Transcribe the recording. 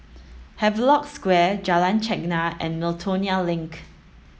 Havelock Square Jalan Chegar and Miltonia Link